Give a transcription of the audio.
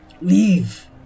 leave